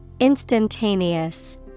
Instantaneous